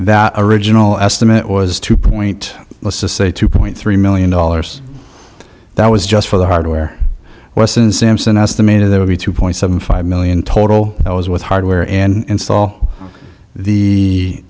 that original estimate was two point to say two point three million dollars that was just for the hardware was in samson estimated there would be two point seven five million total that was with hardware and install the